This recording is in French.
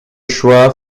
choix